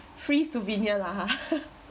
free souvenir lah